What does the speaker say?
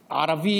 ערבי,